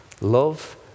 Love